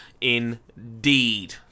indeed